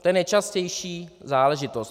To je nejčastější záležitost.